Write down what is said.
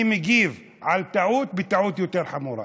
אני מגיב על טעות בטעות יותר חמורה,